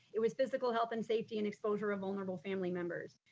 it was physical health, and safety, and exposure, of vulnerable family members.